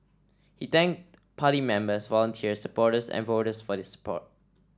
he thanked party members volunteers supporters and voters for their support